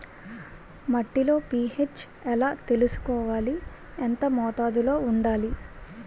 మట్టిలో పీ.హెచ్ ఎలా తెలుసుకోవాలి? ఎంత మోతాదులో వుండాలి?